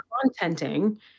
contenting